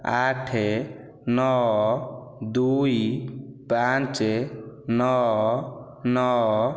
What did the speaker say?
ଆଠ ନଅ ଦୁଇ ପାଞ୍ଚ ନଅ ନଅ